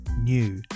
new